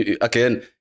again